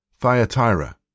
Thyatira